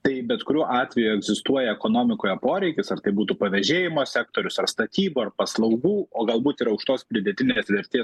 tai bet kuriuo atveju egzistuoja ekonomikoje poreikis ar tai būtų pavežėjimo sektorius ar statybų ar paslaugų o galbūt ir aukštos pridėtinės vertės